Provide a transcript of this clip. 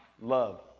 love